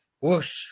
whoosh